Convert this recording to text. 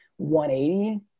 180